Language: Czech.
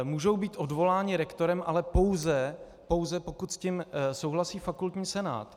Můžou být odvoláni rektorem, ale pouze pokud s tím souhlasí fakultní senát.